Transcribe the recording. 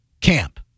camp